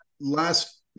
last